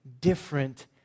different